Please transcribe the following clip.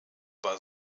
war